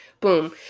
Boom